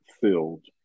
filled